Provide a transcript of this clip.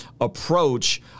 approach